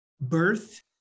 birth